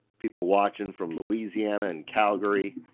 people watching from louisiana and calgary.